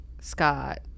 Scott